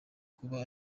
kuba